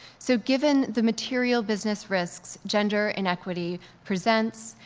so given the material business risks gender inequity presents,